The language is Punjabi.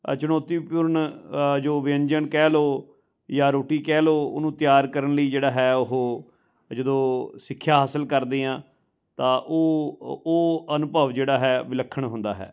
ਚੁਣੌਤੀਪੂਰਨ ਅ ਜੋ ਵਿਅੰਜਨ ਕਹਿ ਲਉ ਜਾਂ ਰੋਟੀ ਕਹਿ ਲਉ ਉਹਨੂੰ ਤਿਆਰ ਕਰਨ ਲਈ ਜਿਹੜਾ ਹੈ ਉਹ ਜਦੋਂ ਸਿੱਖਿਆ ਹਾਸਲ ਕਰਦੇ ਹਾਂ ਤਾਂ ਉਹ ਅ ਉਹ ਅਨੁਭਵ ਜਿਹੜਾ ਹੈ ਵਿਲੱਖਣ ਹੁੰਦਾ ਹੈ